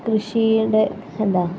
കൃഷിയുടെ എന്താ